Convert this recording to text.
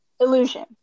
illusion